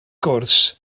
gwrs